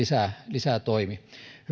lisätoimi